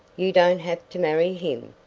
you don't have to marry him,